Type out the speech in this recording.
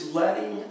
letting